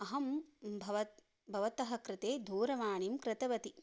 अहं भवतः भवतः कृते दूरवाणीं कृतवती